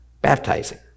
baptizing